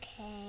Okay